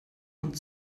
und